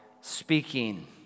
speaking